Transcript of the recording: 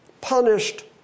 punished